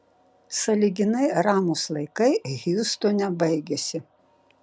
sąlyginai ramūs laikai hjustone baigėsi